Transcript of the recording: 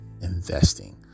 investing